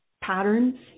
patterns